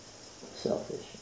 selfish